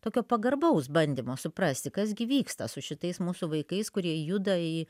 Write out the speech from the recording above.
tokio pagarbaus bandymo suprasti kas gi vyksta su šitais mūsų vaikais kurie juda į